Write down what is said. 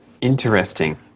Interesting